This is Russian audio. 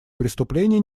преступления